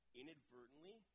inadvertently